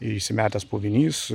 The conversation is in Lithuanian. įsimetęs puvinys